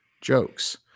jokes